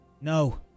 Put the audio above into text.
No